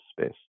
space